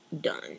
done